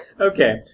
Okay